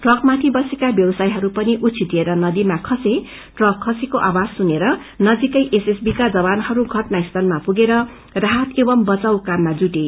ट्रकमाथि बसेका व्यवसायीहरू पनि उछिटिएर नदीमा खसे ट्रक खसेको आवाज सुनेर नजीकै एसएसबी का जवानहरू घटना स्थलामा पुगेर राहत एवम् बचाऊ काममा जुटे